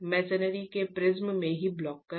masonry के prism में ही ब्लॉक करें